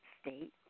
state